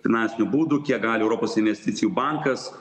finansinių būdų kiek gali europos investicijų bankas